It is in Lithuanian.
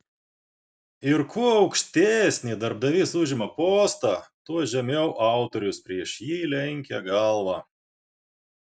ir kuo aukštesnį darbdavys užima postą tuo žemiau autorius prieš jį lenkia galvą